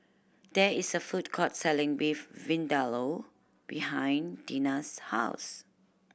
there is a food court selling Beef Vindaloo behind Deena's house